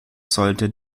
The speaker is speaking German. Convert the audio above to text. sollte